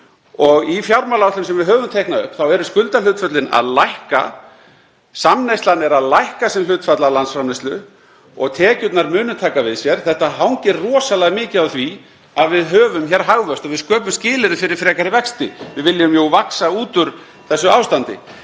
Í fjármálaáætlun sem við höfum teiknað upp eru skuldahlutföllin að lækka, samneyslan er að lækka sem hlutfall af landsframleiðslu og tekjurnar munu taka við sér. Þetta hangir rosalega mikið á því að við höfum hér hagvöxt og við sköpum skilyrði fyrir frekari vöxt. (Forseti hringir.) Við viljum jú vaxa út úr þessu ástandi.